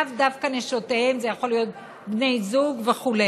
לאו דווקא נשותיהם, זה יכול להיות בני זוג וכו'.